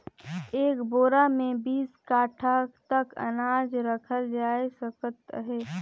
एक बोरा मे बीस काठा तक अनाज रखल जाए सकत अहे